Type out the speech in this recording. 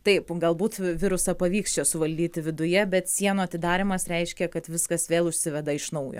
taip galbūt virusą pavyks čia suvaldyti viduje bet sienų atidarymas reiškia kad viskas vėl užsiveda iš naujo